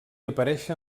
aparèixer